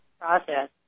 process